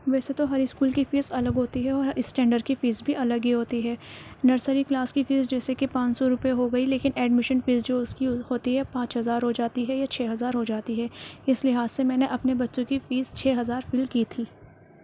ویسے تو ہر اسکول کی فیس الگ ہوتی ہے اور ہر اسٹینڈرڈ کی فیس بھی الگ ہی ہوتی ہے نرسری کلاس کی فیس جیسے کہ پانچ سو روپئے ہو گئی لیکن ایڈمیشن فیس جو اس کی ہو ہوتی ہے پانچ ہزار روپئے ہو جاتی ہے یا چھ ہزار ہو جاتی ہے اس لحاظ سے میں نے اپنے بچوں کی فیس چھ ہزار فل کی تھی